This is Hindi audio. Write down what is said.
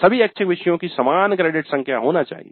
सभी ऐच्छिक विषयों की समान क्रेडिट संख्या होना चाहिए